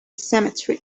cemetery